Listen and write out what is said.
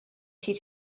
she